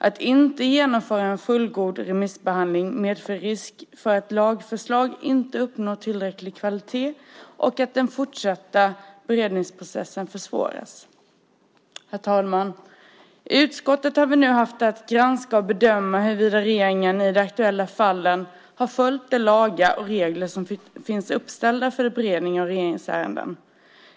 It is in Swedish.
Att inte genomföra en fullgod remissbehandling medför risk för att lagförslag inte uppnår tillräcklig kvalitet och att den fortsatta beredningsprocessen försvåras. Herr talman! I utskottet har vi nu haft att granska och bedöma huruvida regeringen i de aktuella fallen har följt de lagar och regler som finns uppställda för beredning av regeringsärenden.